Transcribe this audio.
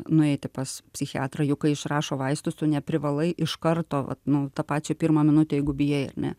nueiti pas psichiatrą juk kai išrašo vaistus tu neprivalai iš karto vat nu tą pačią pirmą minutę jeigu bijai ar ne